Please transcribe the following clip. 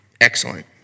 excellent